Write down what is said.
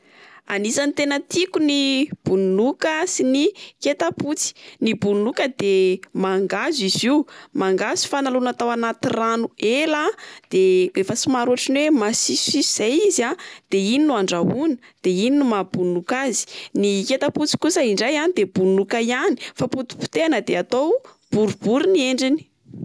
Anisan'ny tena tiako ny bononoka sy ny ketapotsy. Ny bononoka de mangahazo izy io, mangahazo fa nalona tao anaty rano ela a de efa somary otrany oe masisosiso izay izy a de iny no andrahoana de iny no maha bononoka azy. Ny ketapotsy kosa indray a de bononoka iany fa potipotehana de atao boribory ny endriny.